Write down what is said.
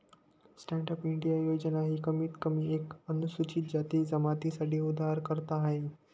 stand up India योजना ही कमीत कमी एक अनुसूचित जाती जमाती साठी उधारकर्ता आहे